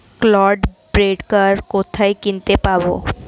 Clod breaker কোথায় কিনতে পাব?